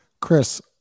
Chris